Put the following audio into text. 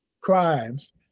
crimes